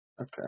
okay